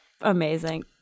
Amazing